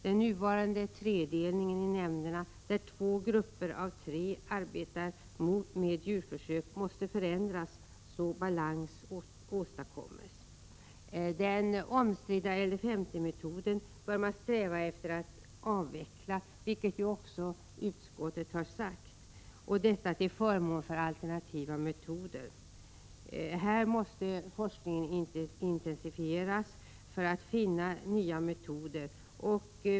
Den nuvarande tredelningen i nämnderna där två grupper av tre arbetar med djurförsök måste förändras så att balans åstadkommes. Man bör sträva efter att avveckla den omstridda LD50-metoden, vilket ju också utskottet har sagt, till förmån för alternativa metoder. Här måste forskningen intensifieras för att man skall kunna finna nya metoder.